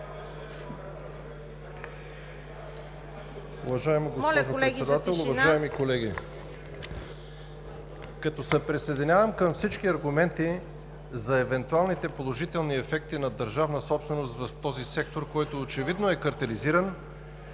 Уважаема госпожо Председател, уважаеми колеги! Като се присъединявам към всички аргументи за евентуалните положителни ефекти на държавна собственост в този сектор, който очевидно е картелизиран,